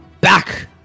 back